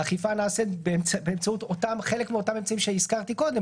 האכיפה נעשית באמצעות חלק מאותם אמצעים שהזכרתי קודם,